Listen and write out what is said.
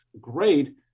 great